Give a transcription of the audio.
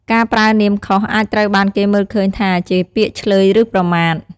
ការប្រើនាមខុសអាចត្រូវបានគេមើលឃើញថាជាពាក្យឈ្លើយឬប្រមាថ។